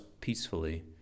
peacefully